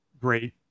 great